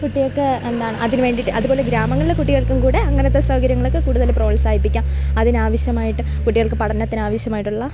കുട്ടികൾക്ക് എന്താണ് അതിന് വേണ്ടിയിട്ട് അതുപോലെ ഗ്രാമങ്ങളിലെ കുട്ടികൾക്കും കൂടെ അങ്ങനത്തെ സൗകര്യങ്ങളൊക്കെ കൂടുതൽ പ്രോത്സാഹിപ്പിക്കാം അതിന് ആവശ്യമായിട്ട് കുട്ടികൾക്ക് പഠനത്തിന് ആവശ്യമായിട്ടുള്ള